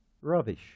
rubbish